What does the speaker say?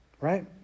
right